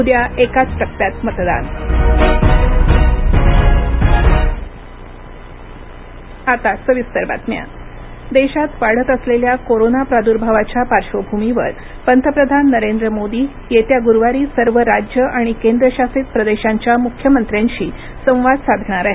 उद्या एकाच टप्प्यात मतदान पंतप्रधान मख्यमंत्री बैठक देशात वाढत असलेल्या कोरोना प्रादुर्भावाच्या पार्श्वभूमीवर पंतप्रधान नरेंद्र मोदी येत्या गुरुवारी सर्व राज्य आणि केंद्र शासित प्रदेशांच्या मुख्यमंत्र्यांशी संवाद साधणार आहेत